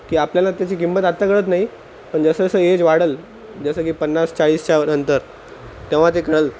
की आपल्याला त्याची किंमत आता कळत नाही पण जसं जसं एज वाढेल जसं की पन्नास चाळीसच्या नंतर तेव्हा ते कळेल